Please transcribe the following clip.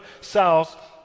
south